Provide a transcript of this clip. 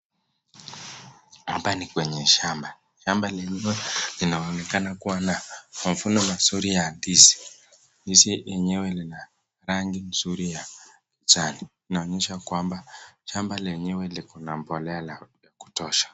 Hapa ni kwenye shamba, shamba lilo linaonekana kua na mavuno mazuri ya ndizi. Ndizi yenyewe ina rangi mzuri ya kijani . Inaonyesha kwamba shamba lenyewe liko na mbolea ya kutosha.